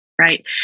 right